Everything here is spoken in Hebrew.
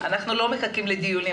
אנחנו לא מחכים לדיונים,